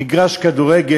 מגרש כדורגל.